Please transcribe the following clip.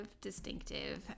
distinctive